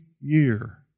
year